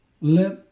let